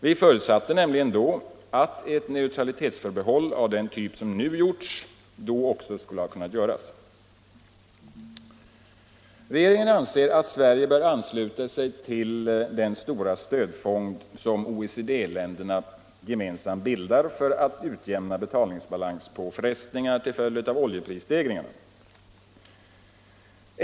Vi förutsatte nämligen att ett neutralitetsförbehåll av den typ som nu gjorts också då skulle ha kunnat göras. Regeringen anser att Sverige bör ansluta sig till den stora stödfond som OECD-länderna gemensamt bildar för att utjämna betalningsbalanspåfrestningar till följd av oljeprisstegringarna.